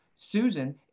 Susan